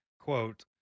quote